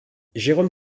jérôme